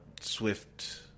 Swift